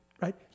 right